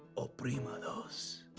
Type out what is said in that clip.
oprima dos.